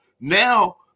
now